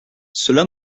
cela